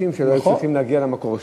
קשישים שהיו צריכים להגיע למקום שלהם.